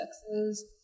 sexes